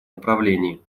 направлении